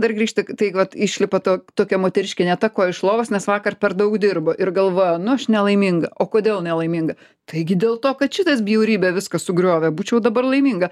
dar grįšti tai vat išlipa ta tokia moteriškė ne ta koja iš lovos nes vakar per daug dirbo ir galvoja nu aš nelaiminga o kodėl nelaiminga taigi dėl to kad šitas bjaurybė viską sugriovė būčiau dabar laiminga